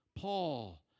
Paul